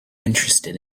interested